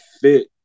fit